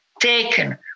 taken